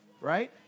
right